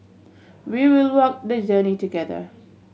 we will walk the journey together